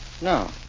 No